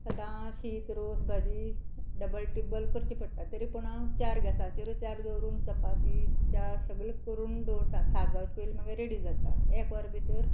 सदां शीत रोस भाजी डबल टिबल करची पडटा तरी पूण हांव चार गेसाचेरूय चार दवरून चपाती च्या सगले करून दवरतां सात जावचे पयली म्हागे रेडी जाता एक वरा भितर